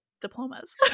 diplomas